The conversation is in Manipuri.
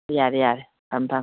ꯌꯥꯔꯦ ꯌꯥꯔꯦ ꯊꯝꯃꯣ ꯊꯝꯃꯣ